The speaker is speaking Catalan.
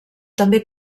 també